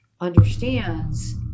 understands